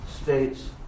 states